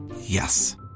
Yes